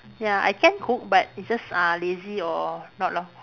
ya I can cook but it's just uh lazy or not lor